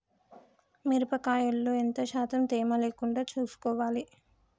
మిరప కాయల్లో ఎంత శాతం తేమ లేకుండా చూసుకోవాలి?